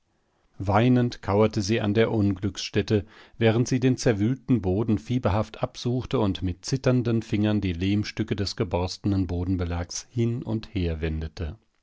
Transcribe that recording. weinend kauerte sie an der unglücksstätte während sie den zerwühlten boden fieberhaft absuchte und mit zitternden fingern die lehmstücke des geborstenen bodenbelags hin und her wendete